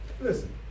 listen